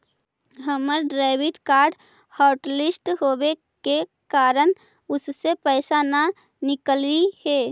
हमर debit card hotlist होवे के कारण उससे पैसे न निकलई हे